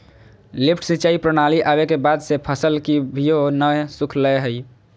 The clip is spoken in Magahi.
लिफ्ट सिंचाई प्रणाली आवे के बाद से फसल कभियो नय सुखलय हई